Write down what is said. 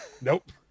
Nope